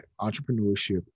entrepreneurship